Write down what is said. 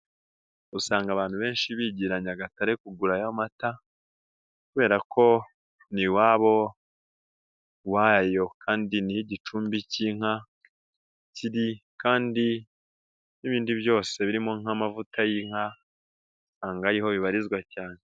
Usanga abantu benshi bigira Nyayagatare kugurayo amata kubera ko ni iwabo wayo kandi niho igicumbi cy'inka kiri kandi n'ibindi byose birimo nk'amavuta y'inka usanga ariho bibarizwa cyane.